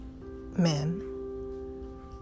men